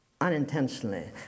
unintentionally